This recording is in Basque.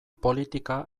politika